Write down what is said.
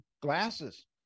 glasses